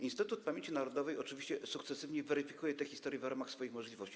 Instytut Pamięci Narodowej oczywiście sukcesywnie weryfikuje te historie w ramach swoich możliwości.